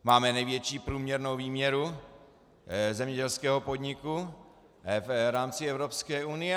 Máme největší průměrnou výměru zemědělského podniku v rámci Evropské unie.